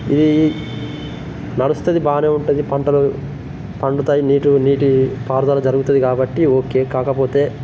ఈ నడుస్తుంది బాగానే ఉంటుంది పంటలు పండుతాయి నీటు నీటి పారుదల జరుగుతది కాబట్టి ఓకే కాకపోతే